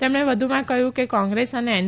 તેમણે વધુમાં કહ્યું કે કોંગ્રેસ અને એન